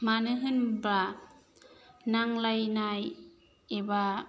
मानो होनोब्ला नांज्लायनाय एबा